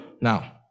now